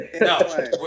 No